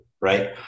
Right